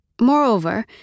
Moreover